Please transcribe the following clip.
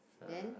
then